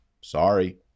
Sorry